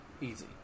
Easy